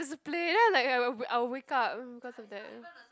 just play then I like I will I will wake up um cause of that